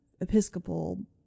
Episcopal